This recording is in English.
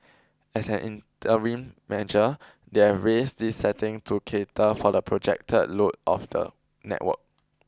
as an interim measure they have raised this setting to cater for the projected load of the network